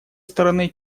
стороны